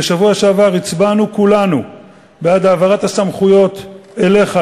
בשבוע שעבר הצבענו כולנו בעד העברת הסמכויות אליך,